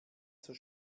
zur